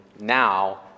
now